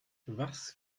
was